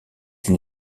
une